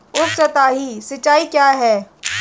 उपसतही सिंचाई क्या है?